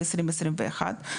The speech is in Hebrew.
ב- 2021,